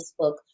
Facebook